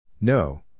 No